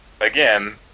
again